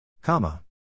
Comma